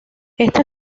esta